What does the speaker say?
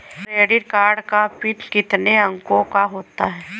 Credit card का PIN कितने अंकों का होता है?